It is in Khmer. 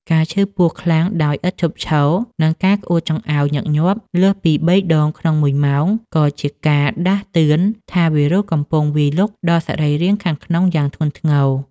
ការឈឺពោះខ្លាំងដោយឥតឈប់ឈរ និងការក្អួតចង្អោរញឹកញាប់លើសពីបីដងក្នុងមួយម៉ោង ក៏ជាការដាស់តឿនថាវីរុសកំពុងវាយលុកដល់សរីរាង្គខាងក្នុងយ៉ាងធ្ងន់ធ្ងរ។